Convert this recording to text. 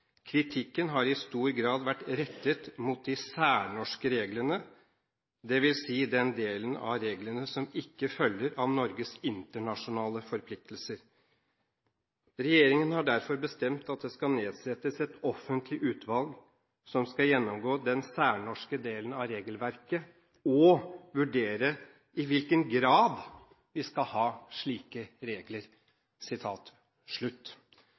Kritikken har i stor grad vært rettet mot de særnorske reglene, dvs. den delen av reglene som ikke følger av Norges internasjonale forpliktelser. Regjeringen har derfor bestemt at det skal nedsettes et offentlig utvalg som skal gjennomgå den særnorske delen av regelverket og vurdere i hvilken grad vi skal ha slike regler.»